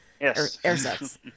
Yes